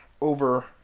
over